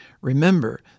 Remember